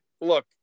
look